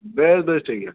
ᱵᱮᱥ ᱵᱮᱥ ᱴᱷᱤᱠ ᱜᱮᱭᱟ